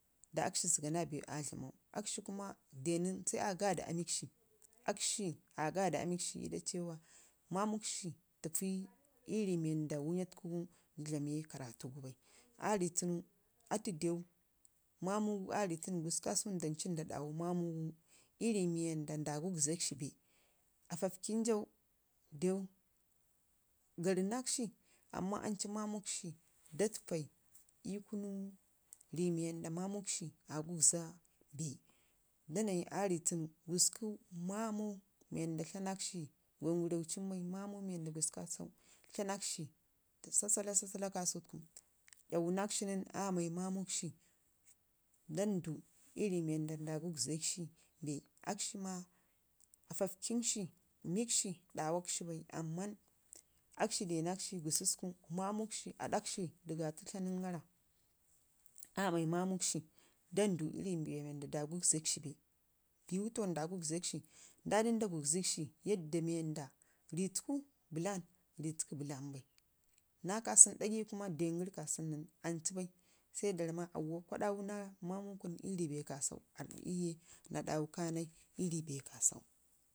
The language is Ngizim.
da akshi zəga naa bee akshi aa dlamau. kuma dew nən sai aa gaada aamikshi ii da cewa mamukshi təfii ii rii wanda wəya tuku dlame karatuk gu bai aa rii tunu atu dew mamugu aarii tunu gusku kasau ndancu nda ɗawi mamugu ii rii wanda nda gugzək shi bee aafafkən jau dew garrnakshi amma ancu mamukshi da təfai ii kunu rii mii wanda mamukshi aa gugza bee. Danai aa rii tunu gusku mamau mii wanda tlanakshi gwam garraucin bai mamau mii wanda gusku kassau tlanakshi sasala, sasala kasu tuku yaawu nakshi nən aa mai mamukshi dandu ii rii wanda nda gugzəkshi bee. Aksh maa Aafafkənshi, mikshi ɗawakshi bai amman akshi denakshi gususku mamakshi dandu ii rii wanda nda gugzek shi bee, biiwu tawan nda gagzəkshi ndani nda gugzəkshi yadda bee wanda bitku bəlan bitku bəlam bai naa ka sunu ɗagai kuma dengəri kasau nən ancu bai sai da ramma aaawo kwa ɗawu na mamukun ii rii bee kasau aarɗa ii miyau naa dawa kanai ii rii bee kasau.